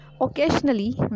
Occasionally